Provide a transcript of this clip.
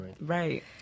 Right